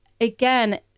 again